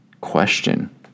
question